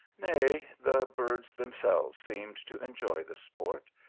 nay, the birds them selves seemed to enjoy the sport,